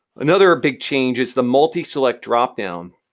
another ah big change is the multi-select dropdown.